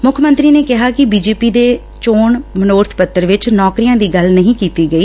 ਮੁੱਖ ਮੰਤਰੀ ਨੇ ਕਿਹਾ ਕਿ ਬੀ ਜੇ ਪੀ ਦੇ ਚੋਣ ਮਨੌਰਥ ਪੱਤਰ ਵਿਚ ਨੌਕਰੀਆਂ ਦੀ ਗੱਲ ਨਹੀਂ ਕੀਤੀ ਗਣੀ